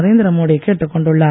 நரேந்திர மோடி கேட்டுக் கொண்டுள்ளார்